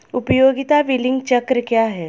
उपयोगिता बिलिंग चक्र क्या है?